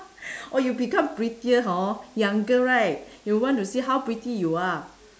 or you become prettier hor younger right you want to see how pretty you are